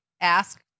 ask